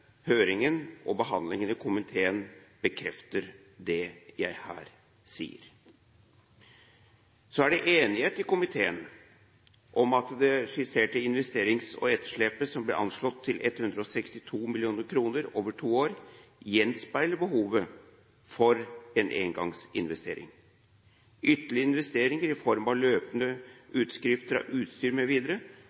Høringen og behandlingen i komiteen bekrefter det jeg her sier. Så er det enighet i komiteen om at det skisserte investeringsetterslepet som ble anslått til 162 mill. kr over to år, gjenspeiler behovet for en engangsinvestering. Ytterligere investeringer i form av løpende utskifting av utstyr